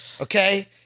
Okay